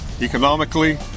economically